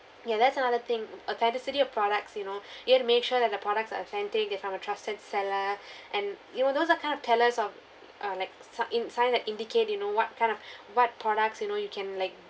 ya that's another thing authenticity of products you know you had to make sure that the products are authentic they're from a trusted seller and it will those are kind of tell us of uh like si~ in~ sign that indicate you know what kind of what products you know you can like